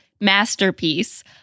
masterpiece